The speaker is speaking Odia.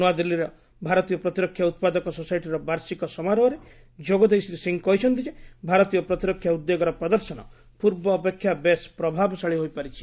ନ୍ନଆଦିଲ୍ଲୀଠାରେ ଭାରତୀୟ ପ୍ରତିରକ୍ଷା ଉତ୍ପାଦକ ସୋସାଇଟିର ବାର୍ଷିକ ସମାରୋହରେ ଯୋଗଦେଇ ଶ୍ରୀ ସିଂହ କହିଛନ୍ତି ଯେ ଭାରତୀୟ ପ୍ରତିରକ୍ଷା ଉଦ୍ୟୋଗର ପ୍ରଦର୍ଶନ ପ୍ରର୍ବ ଅପେକ୍ଷା ବେଶ୍ ପ୍ରଭାବଶାଳୀ ହୋଇପାରିଛି